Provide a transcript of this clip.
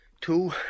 Two